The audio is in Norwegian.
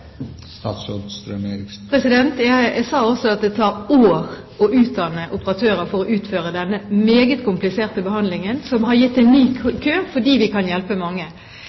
Jeg sa også at det tar år å utdanne operatører for å utføre denne meget kompliserte behandlingen, som har gitt en ny kø fordi vi kan hjelpe mange.